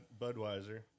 budweiser